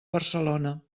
barcelona